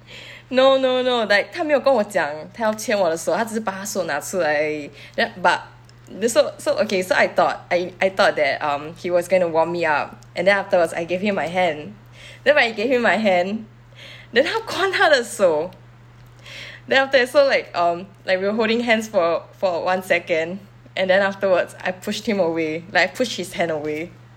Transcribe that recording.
no no no like 他没有跟我讲他要牵我的手他只是把他的手拿出来而已 then but th~ so so okay so I thought I I thought that um he was going to warm me up and then afterwards I give him my hand then when I gave him my hand then 他关他的手 then after that so like um like we were holding hands for for one second and then afterwards I pushed him away like pushed his hand away